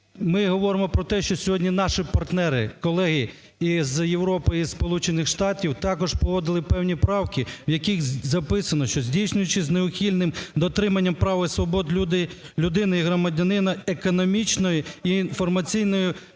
ми говоримо про те, що сьогодні наші партнери, колеги і з Європи, і з Сполучених Штатів також погодили певні правки, в яких записано, що, здійснюючи з неухильним дотриманням прав і свобод людини і громадянина, економічної і інформаційної